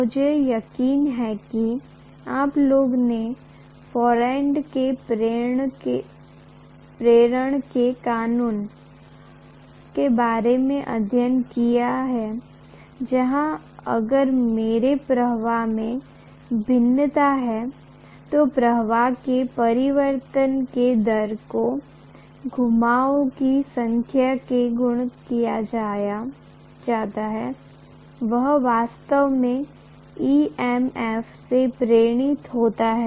मुझे यकीन है कि आप लोगों ने फैराडे के प्रेरण के कानून Faraday's law of induction के बारे में अध्ययन किया है जहां अगर मेरे प्रवाह में भिन्नता है तो प्रवाह के परिवर्तन के दर को घुमावों की संख्या से गुणा किया जाता है वह वास्तव में EMF से प्रेरित होते है